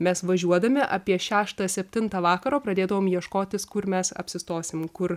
mes važiuodami apie šeštą septintą vakaro pradėdavom ieškotis kur mes apsistosim kur